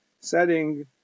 setting